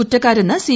കുറ്റക്കാരെന്ന് C